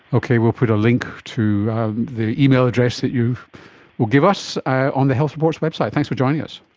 okay, we'll put a link to the email address that you will give us on the health report's website. thanks for joining us.